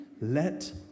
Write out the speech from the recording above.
Let